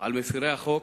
על מפירי החוק,